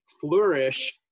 flourish